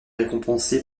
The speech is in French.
récompensé